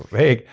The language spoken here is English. hey,